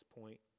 point